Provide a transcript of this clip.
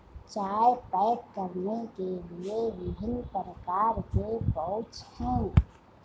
चाय पैक करने के लिए विभिन्न प्रकार के पाउच हैं